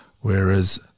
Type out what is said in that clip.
Whereas